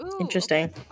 Interesting